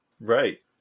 Right